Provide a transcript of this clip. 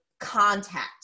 contact